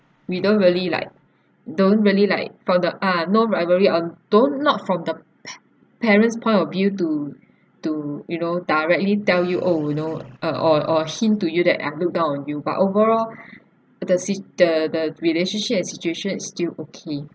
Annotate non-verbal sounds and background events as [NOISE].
we don't really like don't really like from the uh no rivalry on don't not from the [BREATH] pa~ parents' point of view to to you know directly tell you oh you know uh or or hint to you that I look down on you but overall [BREATH] the si~ the the relationship and situation is still okay